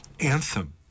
anthem